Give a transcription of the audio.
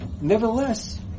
Nevertheless